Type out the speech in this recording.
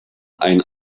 ein